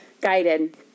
guided